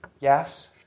Yes